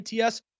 ATS